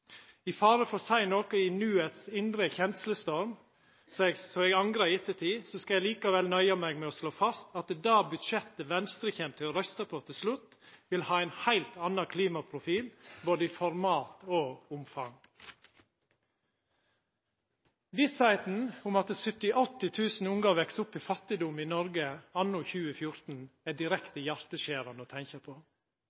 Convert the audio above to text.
i sånne samanhengar. I fare for å seia noko i «nuets» indre kjenslestorm som eg angrar i ettertid, skal eg likevel nøya meg med å slå fast at det budsjettet Venstre kjem til å røysta på til slutt, vil ha ein heilt annan klimaprofil, både i format og omfang. Vissa om at 78 000 ungar veks opp i fattigdom i Noreg anno 2014, er